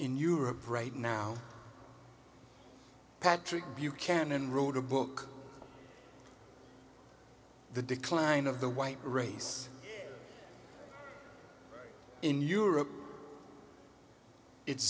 in europe right now patrick buchanan wrote a book the decline of the white race in europe it's